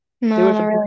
No